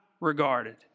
regarded